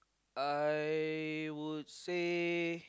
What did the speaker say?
I would say